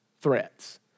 threats